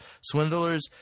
swindlers